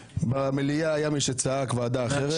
במליאה היה מי שצעק ועדה אחרת,